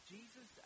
Jesus